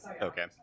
Okay